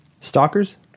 Stalkers